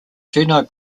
juno